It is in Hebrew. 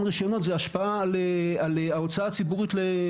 רישיונות זו ההשפעה על ההוצאה הציבורית למכשור.